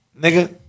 nigga